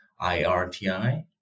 IRTI